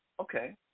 okay